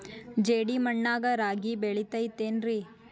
ಜೇಡಿ ಮಣ್ಣಾಗ ರಾಗಿ ಬೆಳಿತೈತೇನ್ರಿ?